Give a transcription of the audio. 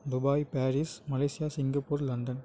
Dubai Paris Malaysia Singapore London